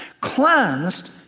cleansed